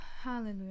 hallelujah